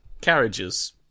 carriages